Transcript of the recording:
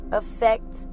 affect